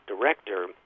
director